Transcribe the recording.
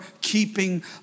keeping